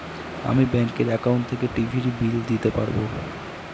আমি ব্যাঙ্কের একাউন্ট থেকে টিভির বিল দিতে পারবো